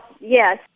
yes